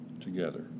together